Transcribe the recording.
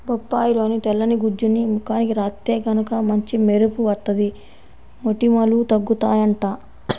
బొప్పాయిలోని తెల్లని గుజ్జుని ముఖానికి రాత్తే గనక మంచి మెరుపు వత్తది, మొటిమలూ తగ్గుతయ్యంట